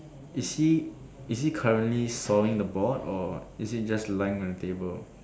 is he is he currently sawing the board or is he just lying on the table